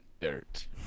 dirt